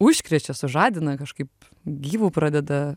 užkrečia sužadina kažkaip gyvu pradeda